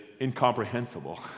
incomprehensible